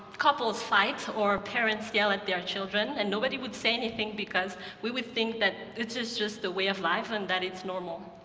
couples fight or parents yell at their children. and nobody would say anything because we would think that this is just the way of life and that it's normal.